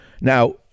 Now